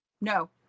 No